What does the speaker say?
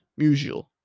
Musial